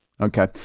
Okay